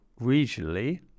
regionally